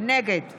נגד